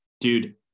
dude